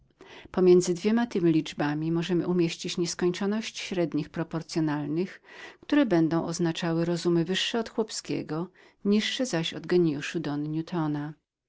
pomiędzy dwoma temi liczbami możemy umieścić nieskończoność średnie proporcyonalnych które będą oznaczały rozumy wyższe od chłopskiego niższe zaś od gienjuszu don newtona